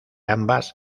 ambas